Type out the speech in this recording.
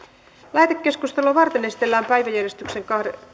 lähetekeskustelua varten esitellään päiväjärjestyksen